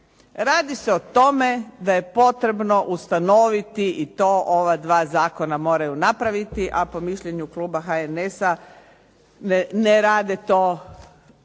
Radi se o tome da je potrebno ustanoviti i to ova dva zakona moraju napraviti, a po mišljenju kluba HNS-a ne rade to